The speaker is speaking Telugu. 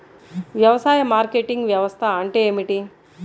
వ్యవసాయ మార్కెటింగ్ వ్యవస్థ అంటే ఏమిటి?